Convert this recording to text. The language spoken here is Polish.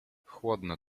chłodno